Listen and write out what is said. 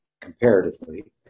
comparatively